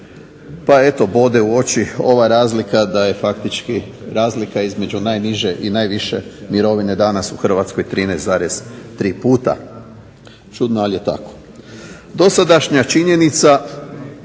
pa eto bode u oči ova razlika da je faktički razlika između najniže i najviše mirovine danas u Hrvatskoj 13,3 puta. Čudno ali je tako. Dosadašnja činjenica